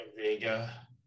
Vega